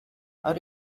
are